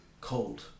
Cold